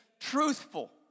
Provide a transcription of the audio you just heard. truthful